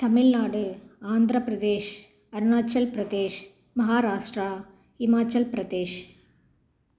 Tamil Nadu Andhra Pradesh Arunachal Pradesh Maharashtra Himachal Pradesh